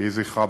יהי זכרה ברוך.